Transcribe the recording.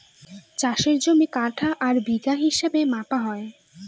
চাষের জমি কাঠা আর বিঘা হিসাবে মাপা হয়